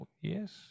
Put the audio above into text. yes